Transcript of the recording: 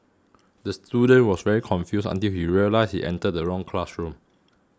the student was very confused until he realised he entered the wrong classroom